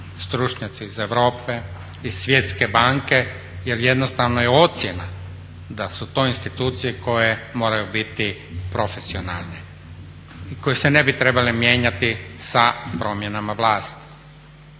stručnjaci iz Europe, iz Svjetske banke jer jednostavno je ocjena da su to institucije koje moraju biti profesionalne i koje se ne bi trebale mijenjati sa promjenama vlasti